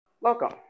welcome